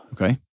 Okay